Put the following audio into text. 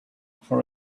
for